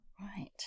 Right